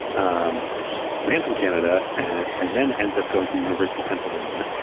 um lands in canada and then ends up going to the university of pennsylvania.